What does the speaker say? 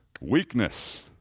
weakness